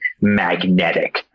magnetic